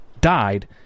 died